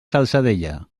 salzadella